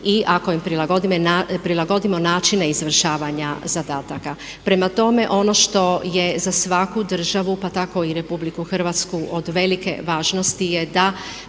i ako im prilagodimo načine izvršavanja zadataka. Prema tome, ono što je za svaku državu pa tako i RH od velike važnosti je da